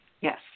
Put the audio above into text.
Yes